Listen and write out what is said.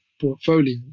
portfolio